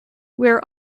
where